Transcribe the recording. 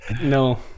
No